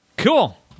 Cool